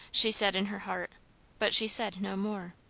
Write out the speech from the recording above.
she said in her heart but she said no more.